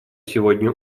сегодня